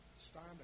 Stand